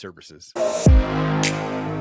services